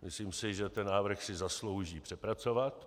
Myslím si, že ten návrh si zaslouží přepracovat.